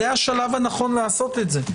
זה השלב הנכון לעשות את זה.